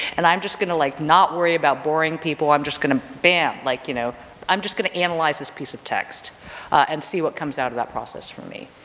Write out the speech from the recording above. and i'm just gonna like not worry about boring people, i'm just gonna bam like you know i'm just gonna analyze this piece of text and see what comes out of that process for me.